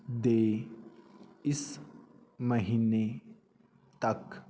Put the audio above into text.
ਦੇ ਇਸ ਮਹੀਨੇ ਤੱਕ